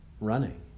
running